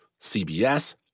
CBS